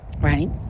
right